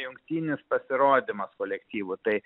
jungtinis pasirodymas kolektyvų tai